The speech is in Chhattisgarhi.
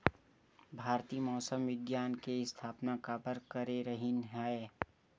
भारती मौसम विज्ञान के स्थापना काबर करे रहीन है?